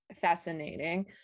fascinating